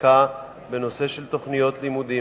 בחקיקה בנושא של תוכניות לימודים.